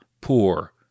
poor